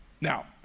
Now